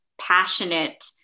passionate